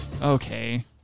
okay